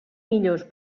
millors